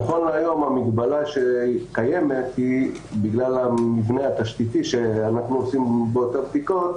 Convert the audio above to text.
המגבלה שקיימת היא בגלל המבנה התשתיתי בו נעשות הבדיקות,